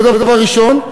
זה דבר ראשון,